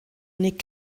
nick